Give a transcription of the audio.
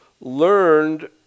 learned